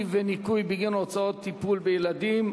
וניכוי בגין הוצאות טיפול בילדים),